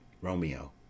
Romeo